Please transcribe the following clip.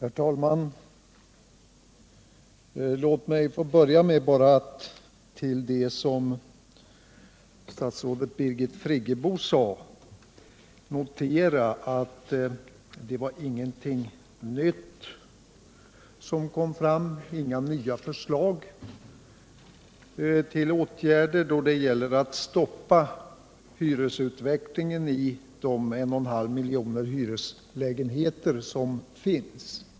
Herr talman! Låt mig börja med att notera att statsrådet Birgit Friggebo inte hade några nya förslag till åtgärder för att stoppa hyresutvecklingen i de en och en halv miljoner hyreslägenheter som finns.